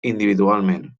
individualment